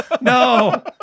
no